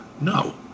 no